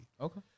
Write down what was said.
Okay